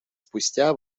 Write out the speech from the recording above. спустя